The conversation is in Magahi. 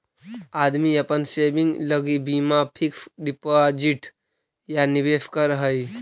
आदमी अपन सेविंग लगी बीमा फिक्स डिपाजिट या निवेश करऽ हई